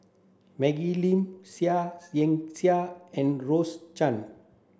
Maggie Lim Seah Liang Seah and Rose Chan